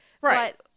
right